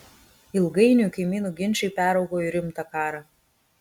ilgainiui kaimynų ginčai peraugo į rimtą karą